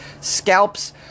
scalps